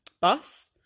bus